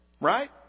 right